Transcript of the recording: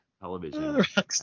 television